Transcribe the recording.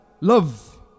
love